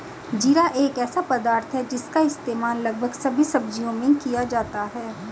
जीरा एक ऐसा पदार्थ है जिसका इस्तेमाल लगभग सभी सब्जियों में किया जाता है